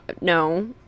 No